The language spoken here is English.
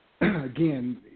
again